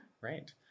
Right